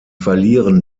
verlieren